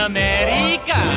America